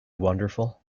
wonderful